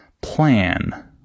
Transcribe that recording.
plan